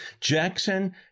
Jackson